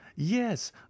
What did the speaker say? yes